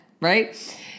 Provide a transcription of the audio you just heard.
right